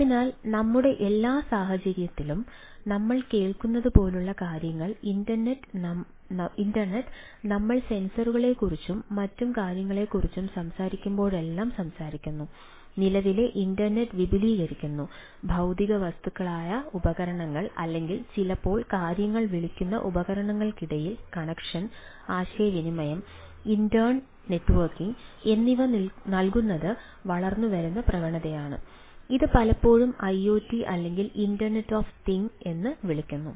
അതിനാൽ നമ്മുടെ എല്ലാ സാഹിത്യത്തിലും നമ്മൾ കേൾക്കുന്നതുപോലുള്ള കാര്യങ്ങളുടെ ഇന്റർനെറ്റ് അല്ലെങ്കിൽ ഇന്റർനെറ്റ് ഓഫ് തിങ്ങ്സ് എന്ന് വിളിക്കുന്നു